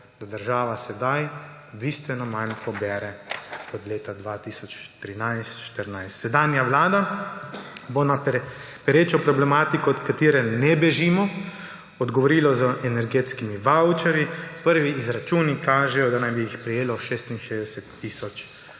da država sedaj bistveno manj pobere kot leta 2013, 2014. Sedanja vlada bo na perečo problematiko, od katere ne bežimo, odgovorila z energetskimi vavčerji. Prvi izračuni kažejo, da naj bi jih prejelo 66 tisoč